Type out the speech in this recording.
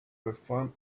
perform